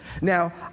Now